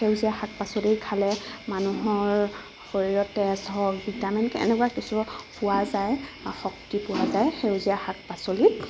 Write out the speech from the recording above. সেউজীয়া শাক পাচলি খালে মানুহৰ শৰীৰত তেজ হওক ভিটামিন এনেকুৱা কিছুমান পোৱা যায় শক্তি পোৱা যায় সেউজীয়া শাক পাচলিত